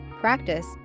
practice